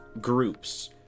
groups